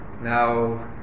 Now